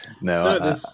no